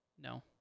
No